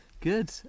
Good